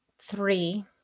three